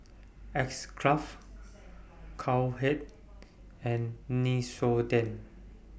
X Craft Cowhead and Nixoderm